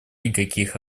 никаких